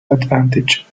advantage